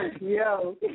Yo